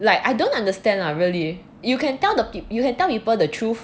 like I don't understand lah really you can tell the pe~ you can tell people the truth